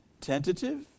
tentative